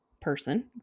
person